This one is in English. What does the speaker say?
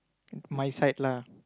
my side lah